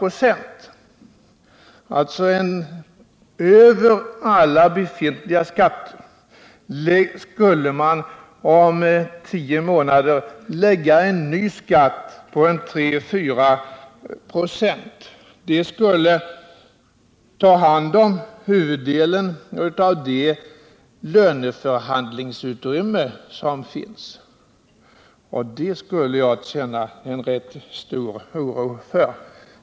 Ovanpå alla de redan befintliga skatterna skulle man alltså om tio månader lägga en ny skatt på 3-4 26. Det skulle ta i anspråk huvuddelen av det löneförhandlingsutrymme som finns. Och det skulle jag känna rätt stor oro för.